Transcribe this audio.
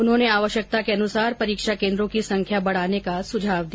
उन्होंने आवश्यकता के अनुसार परीक्षा केन्द्रों की संख्या बढाने का सुझाव दिया